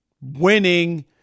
winning